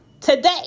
today